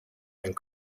and